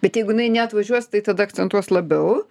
bet jeigu jinai neatvažiuos tai tada akcentuos labiau